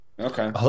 okay